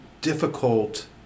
difficult